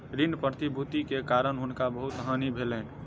ऋण प्रतिभूति के कारण हुनका बहुत हानि भेलैन